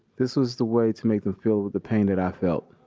this was the way to make them feel the pain that i felt.